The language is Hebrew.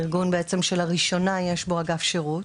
ארגון שלראשונה יש בו אגף שירות.